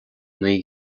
naoi